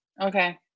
Okay